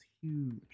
huge